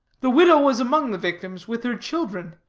the widow was among the victims with her children,